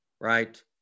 right